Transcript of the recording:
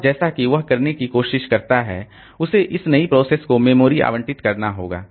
और जैसा कि वह करने की कोशिश करता है उसे इस नई प्रोसेस को मेमोरी आवंटित करना होगा